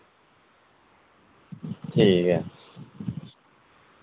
ठीक ऐ